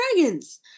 dragons